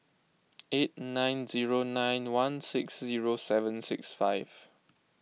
eight nine zero nine one six zero seven six five